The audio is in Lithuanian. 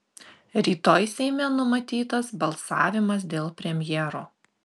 rytoj seime numatytas balsavimas dėl premjero